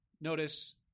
notice